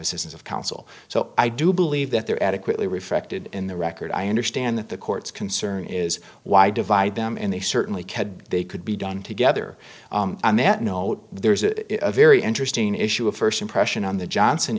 assistance of counsel so i do believe that there adequately reflected in the record i understand that the court's concern is why divide them and they certainly can they could be done together on that note there's a very interesting issue of first impression on the johnson